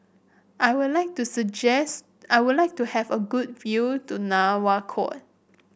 I would like to suggest I would like to have a good view to Nouakchott